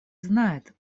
знает